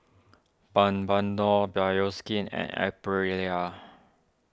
Bioskin and Aprilia